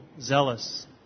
zealous